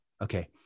okay